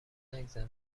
نگذره